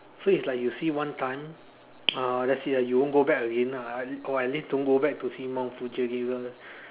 so it's like you see one time ah that's it lah you won't go back again lah or at or at least don't go back to see Mount Fuji again lah